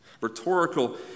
Rhetorical